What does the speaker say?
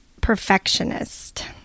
perfectionist